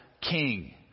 king